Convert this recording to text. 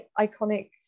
iconic